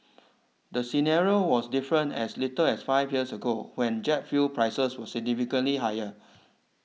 the scenario was different as little as five years ago when jet fuel prices were significantly higher